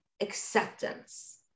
acceptance